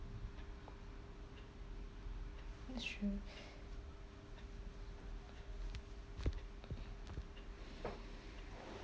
that's true